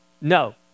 No